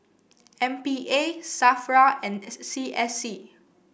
M P A Safra and C S C